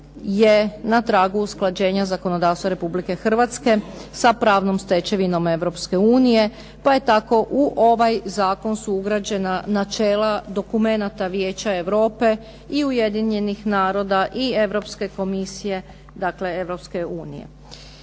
je na tragu usklađenja zakonodavstva Republike Hrvatske sa pravnom stečevinom Europske unije, pa je tako u ovaj zakon su ugrađena načela dokumenata Vijeća Europe i Ujedinjenih naroda i Europske komisije, dakle